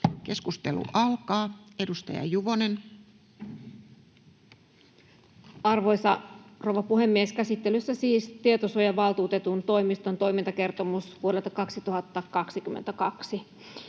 2022 Time: 18:01 Content: Arvoisa rouva puhemies! Käsittelyssä on siis Tietosuojavaltuutetun toimiston toimintakertomus vuodelta 2022.